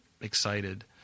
excited